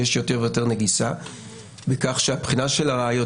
יש יותר ויותר נגיסה בכך שהבחינה של הראיות,